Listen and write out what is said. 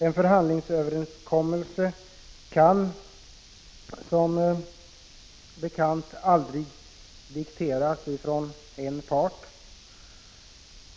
En förhandlingsöverenskommelse kan som bekant aldrig dikteras från en part.